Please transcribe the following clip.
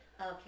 Okay